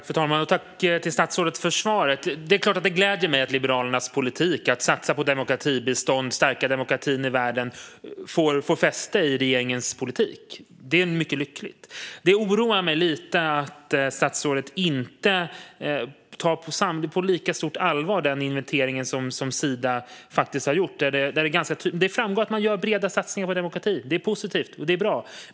Fru talman! Jag tackar statsrådet för svaret. Det gläder mig att Liberalernas politik att satsa på demokratibistånd och stärka demokratin i världen har fått fäste i regeringens politik. Det som oroar mig lite är att statsrådet inte tar den inventering Sida har gjort på lika stort allvar. Det framgår att man gör breda satsningar på demokrati, och det är positivt.